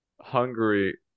hungary